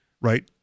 right